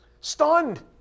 Stunned